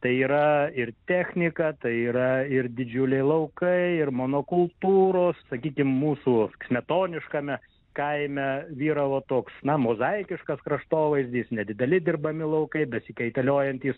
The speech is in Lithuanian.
tai yra ir technika tai yra ir didžiuliai laukai ir monokultūros sakyim mūsų smetoniškame kaime vyravo toks na mozaikiškas kraštovaizdis nedideli dirbami laukai besikaitaliojantys